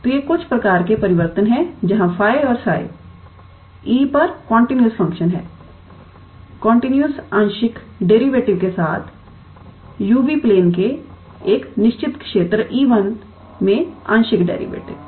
तो ये कुछ प्रकार के परिवर्तन हैं जहां𝜑 और 𝜓 E पर कंटीन्यूअस फंक्शन हैं कंटीन्यूअस आंशिक डेरिवेटिव के साथuv प्लेन के एक निश्चित क्षेत्र 𝐸1 में आंशिक डेरिवेटिव